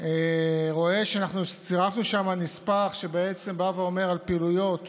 רואה שצירפנו שם נספח על פעילויות